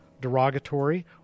derogatory